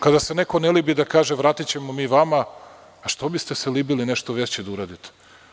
Kada se neko ne libi da kaže, vratićemo mi vama, a što biste se libili nešto veće da uradite?